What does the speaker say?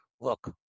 look